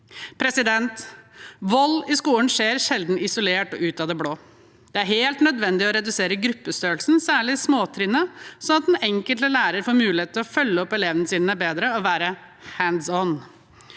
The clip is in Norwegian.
skole Vold i skolen skjer sjelden isolert og ut av det blå. Det er helt nødvendig å redusere gruppestørrelsen, særlig i småtrinnet, slik at den enkelte lærer får muligheten til å følge opp elevene sine bedre og være «hands on».